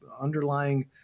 underlying